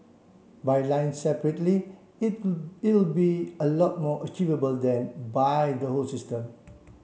by line separately it it'll be a lot more achievable than by the whole system